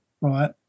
right